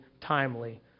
timely